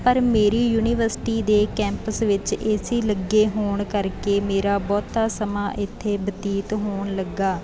ਪਰ ਮੇਰੀ ਯੂਨੀਵਰਸਿਟੀ ਦੇ ਕੈਂਪਸ ਵਿੱਚ ਏ ਸੀ ਲੱਗੇ ਹੋਣ ਕਰਕੇ ਮੇਰਾ ਬਹੁਤਾ ਸਮਾਂ ਇੱਥੇ ਬਤੀਤ ਹੋਣ ਲੱਗਿਆ